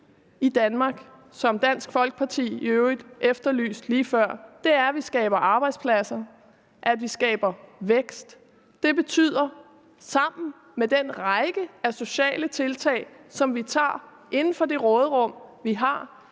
i Danmark, hvilket Dansk Folkeparti i øvrigt efterlyste lige før, er, at vi skaber arbejdspladser, og at vi skaber vækst. Det betyder sammen med den række af sociale tiltag, som vi tager inden for det råderum, vi har,